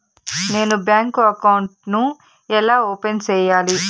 నేను bank account ను ఎలా ఓపెన్ సేయాలి?